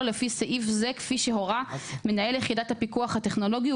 לפי סעיף זה כפי שהורה מנהל יחידת הפיקוח הטכנולוגי,